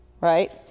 right